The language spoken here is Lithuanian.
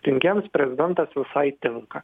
rinkėjams prezidentas visai tinka